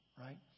Right